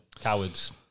Cowards